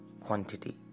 quantity